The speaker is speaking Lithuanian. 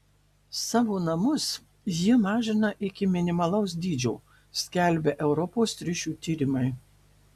savo namus jie mažina iki minimalaus dydžio skelbia europos triušių tyrimai